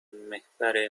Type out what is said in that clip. محور